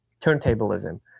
turntablism